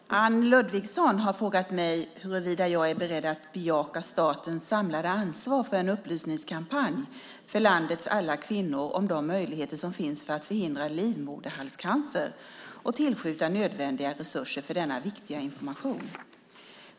Fru talman! Anne Ludvigsson har frågat mig huruvida jag är beredd att bejaka statens samlade ansvar för en upplysningskampanj för landets alla kvinnor om de möjligheter som finns att förhindra livmoderhalscancer och tillskjuta nödvändiga resurser för denna viktiga information.